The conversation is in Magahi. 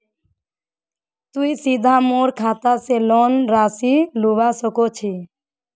तुई सीधे मोर खाता से लोन राशि लुबा सकोहिस?